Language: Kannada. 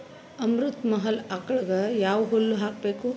ಅಮೃತ ಮಹಲ್ ಆಕಳಗ ಯಾವ ಹುಲ್ಲು ಹಾಕಬೇಕು?